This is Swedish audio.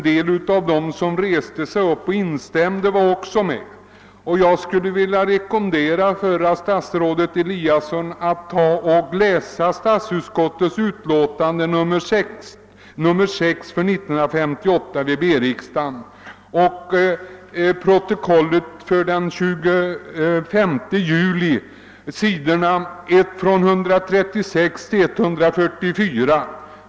Därför skulle jag vilja rekommendera förre statsrådet Eliasson att nu läsa om statsutskottets utlåtande nr 6 vid 1958 års B-riksdag och protokollet för den 25 juli, sidorna 136—144.